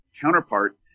counterpart